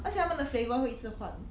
而且他们的 flavour 会一直换